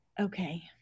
Okay